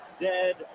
dead